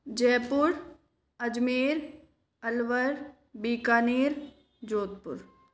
Jaipur Ajmer Alwar Bikaner Jodhpur